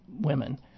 women